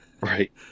Right